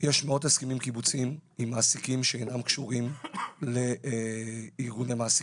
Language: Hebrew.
יש מאות הסכמים קיבוציים עם מעסיקים שאינם קשורים לארגוני מעסיקים.